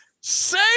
say